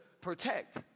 protect